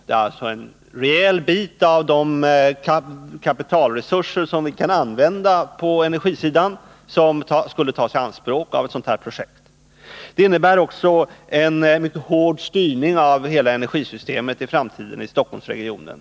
En rejäl bit av de kapitalresurser som vi kan använda på energisidan skulle tas i anspråk för ett sådant här projekt. Det skulle också i framtiden innebära en mycket hård styrning av hela energisystemet i Stockholmsregionen.